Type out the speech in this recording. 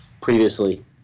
previously